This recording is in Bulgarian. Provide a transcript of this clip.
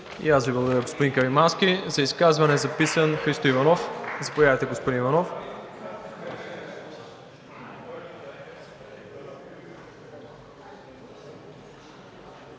И аз Ви благодаря, господин Каримански. За изказване е записан Христо Иванов. Заповядайте, господин Иванов.